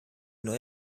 neue